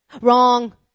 Wrong